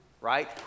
Right